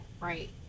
right